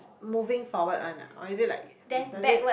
moving forward one ah or is it like does it